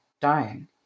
dying